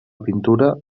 pintura